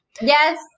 Yes